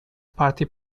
party